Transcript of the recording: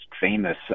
famous